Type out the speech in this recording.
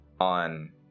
on